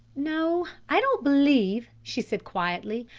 no, i don't believe, she said quietly.